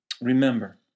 remember